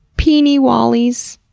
peenie wallies.